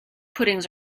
puddings